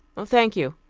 thank you,